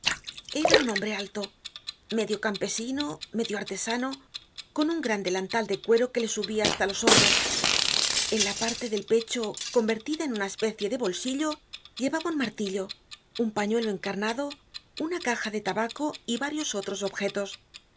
era un hombre alto medio campesino medio artesano con un gran delantal de cuero que le subia hasta los hombros en la parte del pecho convertida en una especie de bolsillo llevaba un martillo un pañuelo encarnado una caja de tabaco y varios otros objetos